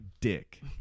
dick